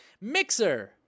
Mixer